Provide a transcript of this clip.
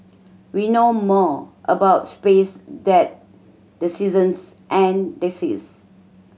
we know more about space that the seasons and the seas